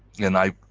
and i